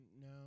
No